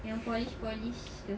yang polish polish tu